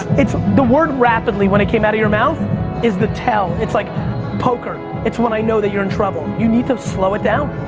it's the word rapidly when it came out of your mouth is the tell, it's like poker. it's when i know that you're in trouble. you need to slow it down.